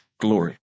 glory